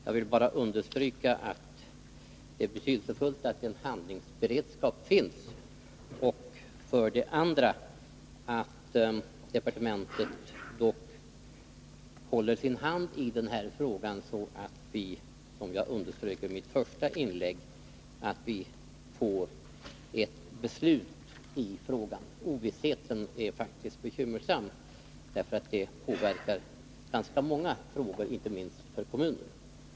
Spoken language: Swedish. Jag vill bara understryka att det är betydelsefullt att det finns en handlingsberedskap och att departementet håller sin hand över frågan, så att vi får ett beslut, som jag underströk i mitt första inlägg. Ovissheten är faktiskt bekymmersam, och denna fråga påverkar många andra frågor, inte minst för kommunen.